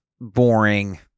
boring